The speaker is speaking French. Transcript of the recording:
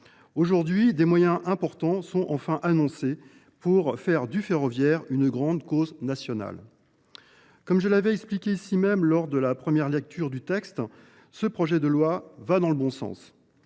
Aujourd’hui, des moyens importants sont enfin annoncés pour faire du ferroviaire une grande cause nationale. Comme je l’avais expliqué ici même en première lecture, cette proposition de loi va dans le bon sens.